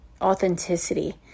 authenticity